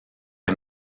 est